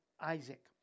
Isaac